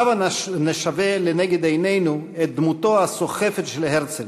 הבה נשווה לנגד עינינו את דמותו הסוחפת של הרצל,